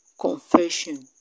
confession